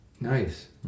Nice